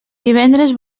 divendres